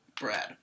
Brad